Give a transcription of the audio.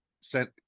sent